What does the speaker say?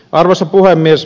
arvoisa puhemies